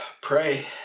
Pray